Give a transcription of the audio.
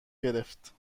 گرفت